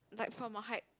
like from a height